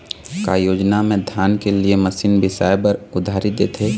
का योजना मे धान के लिए मशीन बिसाए बर उधारी देथे?